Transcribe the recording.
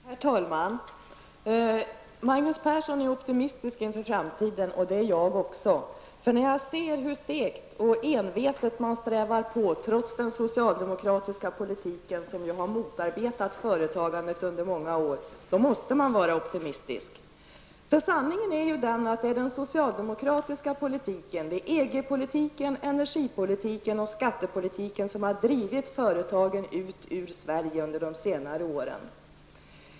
Herr talman! Magnus Persson är optimistisk inför framtiden och det är också jag. När jag ser hur segt och envetet man strävar på trots den socialdemokratiska politiken, som ju har motarbetat företagandet under många år, måste man vara optimistisk. Sanningen är ju den att det är den socialdemokratiska politiken, EG-politiken, energipolitiken och skattepolitiken, som har drivit företagen ut ur Sverige under senare år.